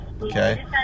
Okay